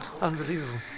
Unbelievable